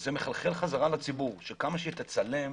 וזה מחלחל לציבור שכמה שתצלם